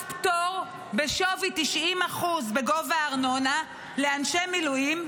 פטור בשווי 90% בגובה הארנונה לאנשי מילואים,